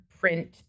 print